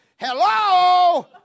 hello